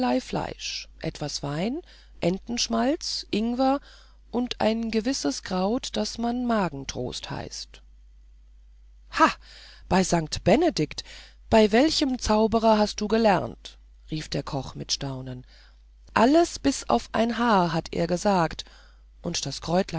fleisch etwas wein entenschmalz ingwer und ein gewisses kraut das man magentrost heißt ha bei st benedikt bei welchem zauberer hast du gelernt rief der koch mit staunen alles bis auf ein haar hat er gesagt und das